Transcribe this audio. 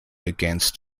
against